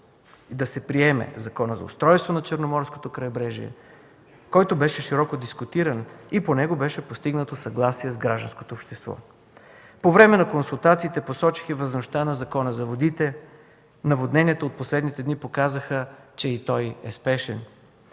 да се приеме Законът за устройство на Черноморското крайбрежие, който беше широко дискутиран и по него беше постигнато съгласие с гражданското общество. По време на консултациите посочих важността на Закона за водите и наводненията от последните дни показаха, че и той е спешен.